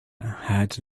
had